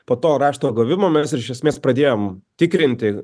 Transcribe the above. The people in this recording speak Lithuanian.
po to rašto gavimo mes ir iš esmės pradėjom tikrinti